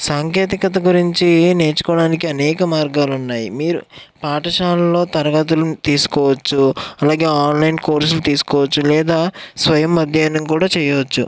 సాంకేతికత గురించి నేర్చుకోడానికి అనేక మార్గాలున్నాయి మీరు పాఠశాలల్లో తరగతులు తీసుకోవచ్చు అలాగే ఆన్లైన్ కోర్సులు తీసుకోవచ్చు లేదా స్వయం అధ్యయనం కూడా చేయచ్చు